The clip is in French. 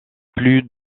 plus